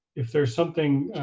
if there's something,